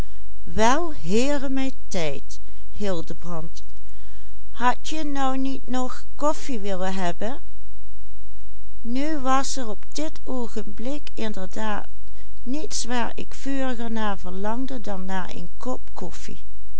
wel heeremijntijd hildebrand hadje nou niet nog koffie willen hebben nu was er op dit oogenblik inderdaad niets waar ik vuriger naar verlangde dan naar een kop koffie